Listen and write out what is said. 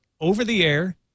over-the-air